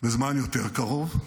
בזמן יותר קרוב,